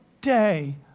day